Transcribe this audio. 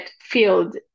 field